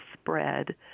spread